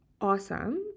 awesome